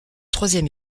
troisième